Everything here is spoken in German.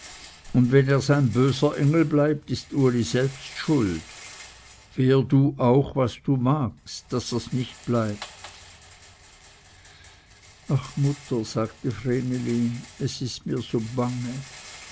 und wenn er sein böser engel bleibt ist uli selbst schuld wehr du auch was du magst daß ers nicht bleibt ach mutter sagte vreneli es ist mir so bange